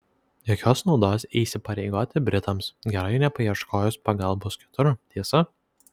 jokios naudos įsipareigoti britams gerai nepaieškojus pagalbos kitur tiesa